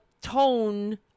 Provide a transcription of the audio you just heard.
tone